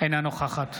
אינה נוכחת